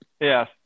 Yes